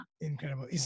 Incredible